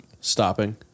stopping